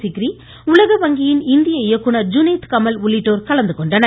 சிக்ரி உலக வங்கியின் இந்திய இயக்குநர் ஜுனேத் கமல் உள்ளிட்டோர் கலந்து கொண்டனர்